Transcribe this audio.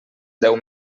deu